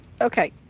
okay